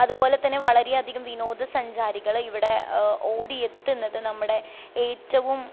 അതുപോലെ തന്നെ വളരെയധികം വിനോദസഞ്ചാരികളിവിടെ ഓടി എത്തുന്നത് നമ്മുടെ ഏറ്റവും